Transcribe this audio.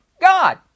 God